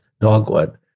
dogwood